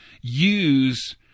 use